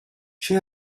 she